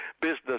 Business